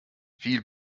viel